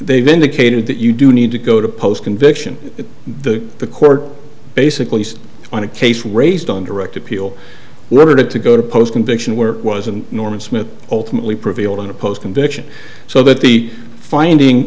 they've indicated that you do need to go to post conviction that the the court basically on a case raised on direct appeal never had to go to post conviction work wasn't norman smith ultimately prevailed in the post conviction so that the finding